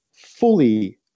fully